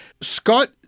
Scott